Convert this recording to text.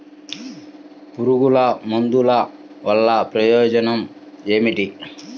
పురుగుల మందుల వల్ల ప్రయోజనం ఏమిటీ?